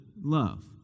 love